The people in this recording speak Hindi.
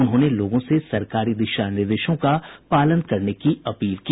उन्होंने लोगों से सरकारी दिशा निर्देशों का पालन करने की अपील की